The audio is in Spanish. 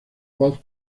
voz